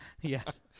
yes